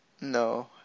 no